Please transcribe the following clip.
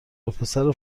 وپسرو